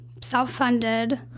self-funded